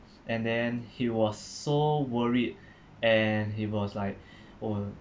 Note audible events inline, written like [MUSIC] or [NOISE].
[BREATH] and then he was so worried and he was like [BREATH] oh